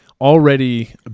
already